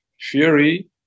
fury